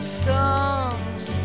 songs